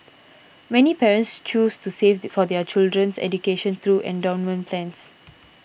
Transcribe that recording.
many parents choose to save for their children's education through endowment plans